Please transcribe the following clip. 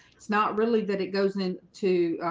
it's not really that it goes in to